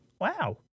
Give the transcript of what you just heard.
Wow